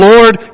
Lord